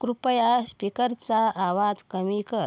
कृपया स्पीकरचा आवाज कमी कर